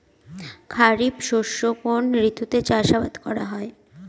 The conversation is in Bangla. খরিফ শস্য কোন ঋতুতে চাষাবাদ করা হয়?